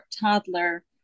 toddler